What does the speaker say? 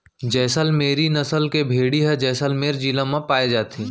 जैसल मेरी नसल के भेड़ी ह जैसलमेर जिला म पाए जाथे